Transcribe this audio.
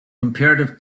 comparative